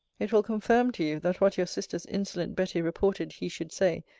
it will confirm to you that what your sister's insolent betty reported he should say,